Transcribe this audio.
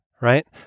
right